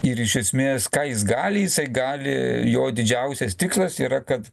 ir iš esmės ką jis gali jisai gali jo didžiausias tikslas yra kad